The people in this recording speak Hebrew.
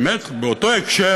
באמת באותו הקשר,